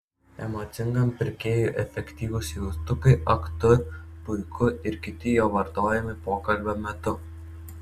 emocingam pirkėjui efektyvūs jaustukai ak tu puiku ir kiti jo vartojami pokalbio metu